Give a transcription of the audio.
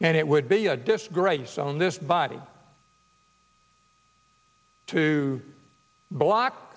and it would be a disgrace on this body to block